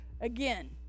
again